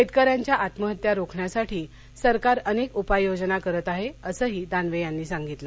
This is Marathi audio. शेतकऱ्यांच्या आत्महत्या रोखण्यासाठी सरकार अनेक उपाययोजना करत आहे असंही दानवे यांनी सांगितलं